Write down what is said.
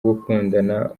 gukundana